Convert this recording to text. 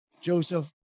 Joseph